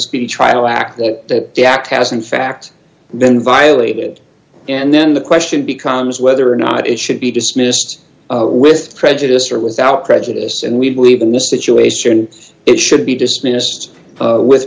speedy trial act that the act has in fact then violated and then the question becomes whether or not it should be dismissed with prejudice or without prejudice and we believe in this situation it should be dismissed with